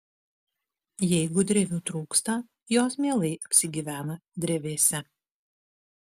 jeigu drevių trūksta jos mielai apsigyvena drevėse